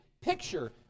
picture